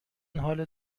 حال